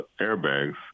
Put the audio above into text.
airbags